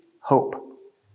hope